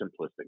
simplistic